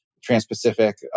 Trans-Pacific